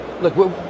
look